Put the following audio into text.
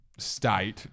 State